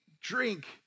drink